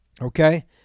Okay